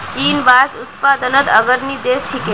चीन बांस उत्पादनत अग्रणी देश छिके